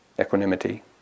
equanimity